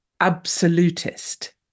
absolutist